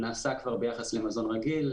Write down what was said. זה נעשה כבר ביחס למזון רגיל,